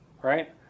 right